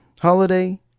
holiday